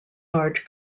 large